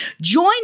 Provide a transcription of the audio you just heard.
Join